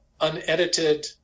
unedited